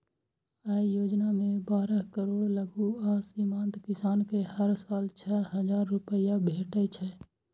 अय योजना मे बारह करोड़ लघु आ सीमांत किसान कें हर साल छह हजार रुपैया भेटै छै